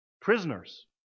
Prisoners